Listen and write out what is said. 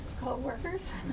co-workers